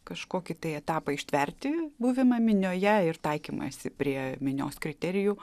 kažkokį tai etapą ištverti buvimą minioje ir taikymąsi prie minios kriterijų